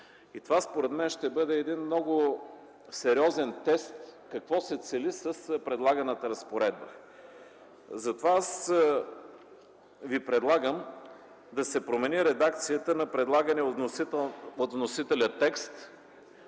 Това според мен ще бъде един много сериозен тест: какво се цели с предлаганата разпоредба? Затова ви предлагам да се промени редакцията на предлагания текст